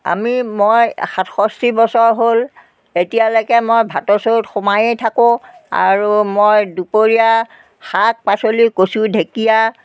আমি মই সাতষষ্ঠি বছৰ হ'ল এতিয়ালৈকে মই ভাতৰ চৰোত সোমায়েই থাকোঁ আৰু মই দুপৰীয়া শাক পাচলি কচু ঢেকীয়া